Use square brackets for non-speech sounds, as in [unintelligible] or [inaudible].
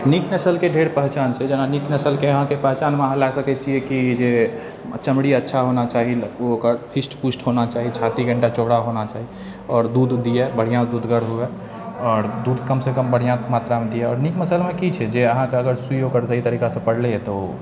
नीक नसलके ढेर पहचान छै जेना नीक नसलके अहाँके पहचानमे अहाँ लऽ सकै छिए कि जे चमड़ी अच्छा होना चाही ओ ओकर हिस्ट पुस्ट होना चाही छाती लम्बा चौड़ा होना चाही आओर दूध दिअए बढ़िआँ दूधगर हुअए आओर दूध कमसँ कम बढ़िआँ मात्रामे दिअए आओर नीक नसलमे कि छै जे अहाँके [unintelligible]